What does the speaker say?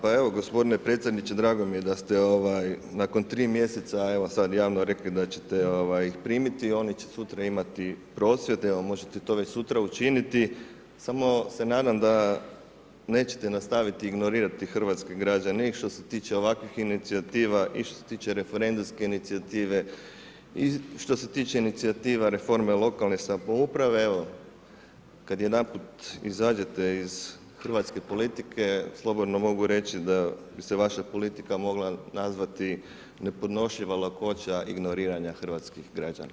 Pa evo gospodine predsjedniče drago mi je da ste nakon 3 mjeseca sad javno rekli da ćete ih primiti, oni će sutra imati prosvjed, evo možete to već sutra učiniti, samo se nadam da nećete nastaviti ignorirati hrvatske građane i što se tiče ovakvih inicijativa i što se tiče referendumske inicijative i što se tiče inicijativa reforme lokalne samouprave, evo kad jedanput izađete iz hrvatske politike, slobodno mogu reći da bi se vaša politika mogla nazvati nepodnošljiva lakoća ignoriranja hrvatskih građana.